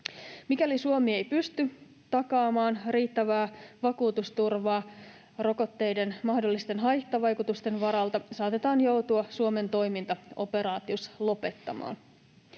Mikäli Suomi ei pysty takaamaan riittävää vakuutusturvaa rokotteiden mahdollisten haittavaikutusten varalta, saatetaan Suomen toiminta operaatiossa joutua lopettamaan.